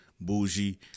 bougie